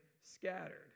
scattered